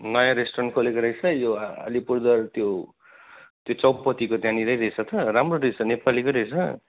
नयाँ रेस्टुरेन्ट खोलेको रहेछ यो अलिपुरद्वार त्यो त्यो चौकपतिको त्यहाँनिरै रहेछ त राम्रो रहेछ नेपालीकै रहेछ